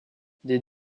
des